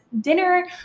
dinner